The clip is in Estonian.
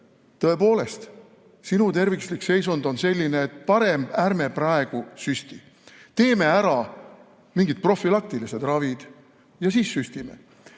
tõepoolest sinu tervislik seisund on selline, et parem ärme praegu süstime, teeme ära mingid profülaktilised ravid ja siis süstime.